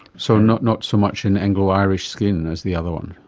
so not not so much in anglo irish skin as the other one.